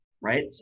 right